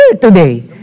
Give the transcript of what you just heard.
today